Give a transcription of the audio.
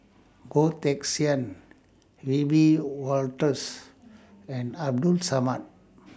Goh Teck Sian Wiebe Wolters and Abdul Samad